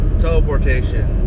teleportation